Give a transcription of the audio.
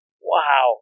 Wow